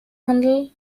handel